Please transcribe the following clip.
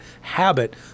habit